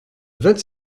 vingt